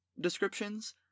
descriptions